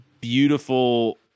beautiful